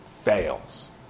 fails